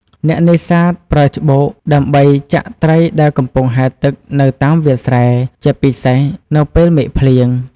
អ្នកនេសាទប្រើច្បូក ដើម្បីចាក់ត្រីដែលកំពុងហែលទឹកនៅតាមវាស្រែ ជាពិសេសនៅពេលមេឃភ្លៀង។